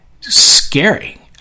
scary